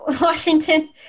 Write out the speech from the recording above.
Washington